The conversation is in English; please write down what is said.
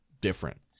different